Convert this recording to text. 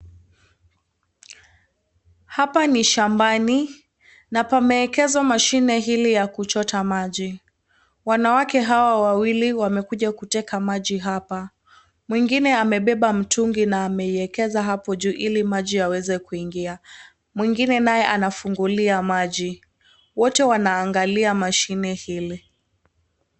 Hapa ni shambani na pamewekezwa mashine ili ya kuchota maji. Wanawake hawa wawili wamekuja kuteka maji hapa. Mwingine amebeba mtungi na ameiekeza hapo juu ili maji yaweze kuingia. Mwingine naye anafungulia maji. Wote wanaangalia mashine ile.